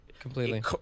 Completely